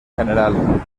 general